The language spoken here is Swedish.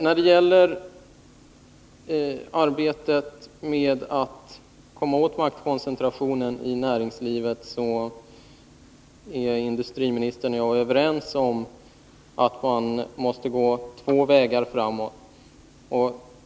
När det gäller arbetet med att komma åt maktkoncentrationen i näringslivet är industriministern och jag överens om att man måste gå fram på två vägar.